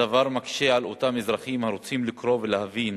הדבר מקשה על אותם אזרחים הרוצים לקרוא ולהבין